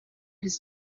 his